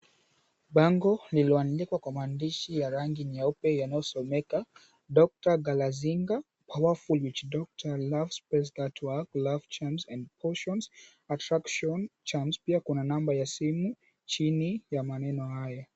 Bango lililoandikwa kwa maandishi ya ya rangi nyeupe yanayosomeka, Doctor Galazinga, Powerful Witch Doctor, Love Spells that Work, Love Charms and Portions, Attraction Charms. Pia kuna namba ya simu chini ya maneno hayo.